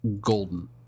golden